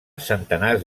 centenars